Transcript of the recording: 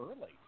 early